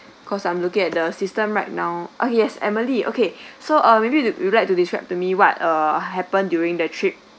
cause I'm looking at the system right now oh yes emily okay so uh maybe you like to describe to me what uh happened during the trip